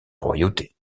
royauté